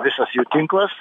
visas jų tinklas